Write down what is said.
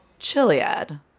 Chiliad